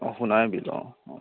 অঁ সোনাই বিল অঁ অঁ অঁ